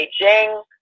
Beijing